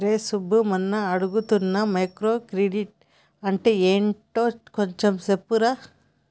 రేయ్ సబ్బు మొన్న అడుగుతున్నానా మైక్రో క్రెడిట్ అంటే ఏంటో కొంచెం చెప్పరా